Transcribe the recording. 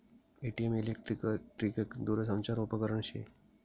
ATM electric दूरसंचार उपकरन शे